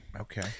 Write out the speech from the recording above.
Okay